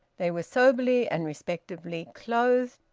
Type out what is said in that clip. they were soberly and respectably clothed,